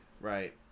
Right